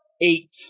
Eight